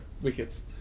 wickets